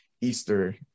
Easter